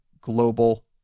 global